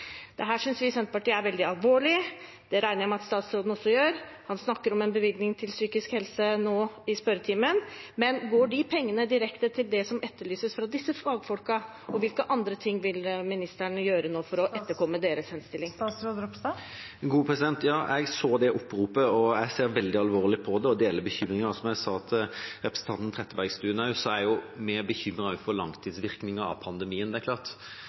vi i Senterpartiet er veldig alvorlig. Det regner jeg med at statsråden også synes. Han snakker nå i spørretimen om en bevilgning til psykisk helse, men går de pengene direkte til det som etterlyses fra disse fagfolkene? Hvilke andre ting vil ministeren gjøre nå for å etterkomme deres henstilling? Jeg så det oppropet, og jeg ser veldig alvorlig på det og deler bekymringen. Som jeg sa til representanten Trettebergstuen også, er vi bekymret også for langtidsvirkninger av pandemien. Det er klart